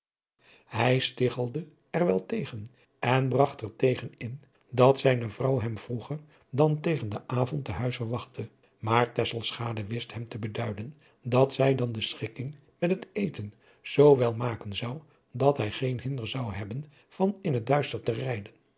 hij stiggelde er wel tegen en bragt er tegen in dat zijne vrouw hem vroeger dan tegen den avond te huis verwachtte maar tesselschade wist hem te beduiden dat zij dan de schikking met het eten zoo wel maken zou dat hij geen hinder zou hebben van in het duister